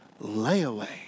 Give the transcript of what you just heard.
layaway